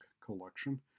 collection